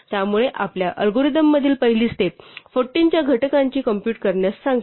त्यामुळे आपल्या अल्गोरिदम मधील पहिली स्टेप 14 च्या घटकांची कॉम्पूट करण्यास सांगते